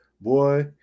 boy